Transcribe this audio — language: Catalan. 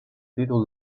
títol